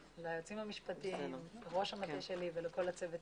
ליועצים המשפטיים, לראש המטה שלי ולכל הצוות